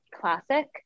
classic